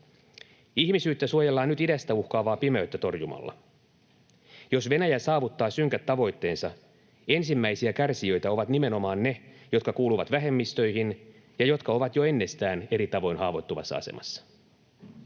Ihmisyyttä suojellaan nyt idästä uhkaavaa pimeyttä torjumalla. Jos Venäjä saavuttaa synkät tavoitteensa, ensimmäisiä kärsijöitä ovat nimenomaan ne, jotka kuuluvat vähemmistöihin ja jotka ovat jo ennestään eri tavoin haavoittuvassa asemassa.